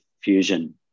fusion